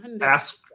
ask